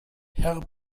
herr